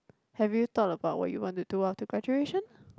have you thought about what you want to do after graduation